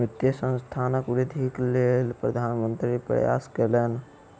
वित्तीय संस्थानक वृद्धिक लेल प्रधान मंत्री प्रयास कयलैन